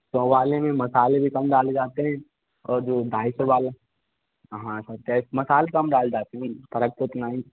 सौ वाले में मसाले भी कम डाले जाते हैं और जो ढाई सौ वाला हाँ हाँ सर क्या है मसाले कम डाले जाते हैं फ़र्क तो इतना ही